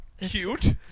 Cute